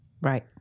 Right